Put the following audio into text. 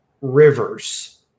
rivers